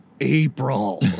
April